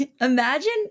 Imagine